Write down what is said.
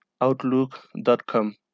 Outlook.com